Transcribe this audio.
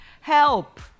Help